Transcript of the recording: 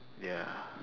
ya